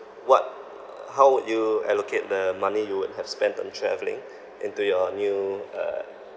what how would you allocate the money you would have spent on travelling into your new uh